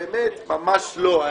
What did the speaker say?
ממש לא.